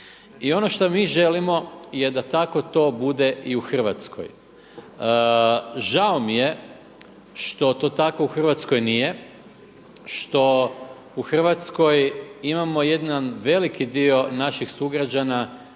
I ono što mi želimo je da tako to bude i u Hrvatskoj. Žao mi je što to tako u Hrvatskoj nije, što u Hrvatskoj imamo jedan veliki dio naših sugrađana